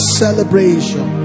celebration